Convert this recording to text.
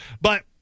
but-